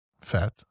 fat